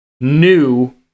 new